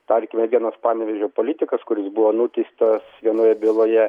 tarkime vienas panevėžio politikas kuris buvo nuteistas vienoje byloje